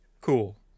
Cool